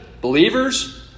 Believers